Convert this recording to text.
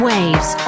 Waves